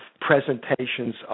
presentations